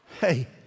Hey